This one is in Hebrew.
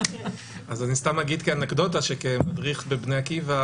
אז אני סתם אגיד כאנקדוטה שכמדריך בבני עקיבא